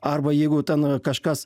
arba jeigu ten kažkas